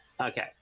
okay